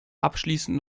abschließend